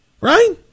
right